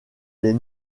les